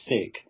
sick